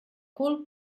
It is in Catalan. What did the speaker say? cul